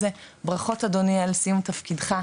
ברכות אדוני על סיום תפקידך,